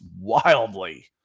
wildly